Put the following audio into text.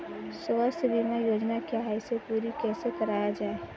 स्वास्थ्य बीमा योजना क्या है इसे पूरी कैसे कराया जाए?